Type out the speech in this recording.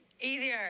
easier